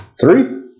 Three